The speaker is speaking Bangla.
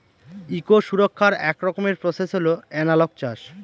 ইকো সুরক্ষার এক রকমের প্রসেস হল এনালগ চাষ